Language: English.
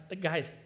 guys